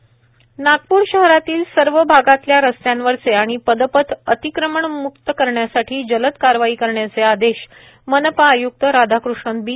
अतिक्रमणम्क्त नागपूर शहरातील सर्व भागातल्या रस्त्यांवरचे आणि पदपथ अतिक्रमणमुक्त करण्यासाठी जलद कारवाई करण्याचे आदेश मनपा आय्क्त राधाकृष्णन बी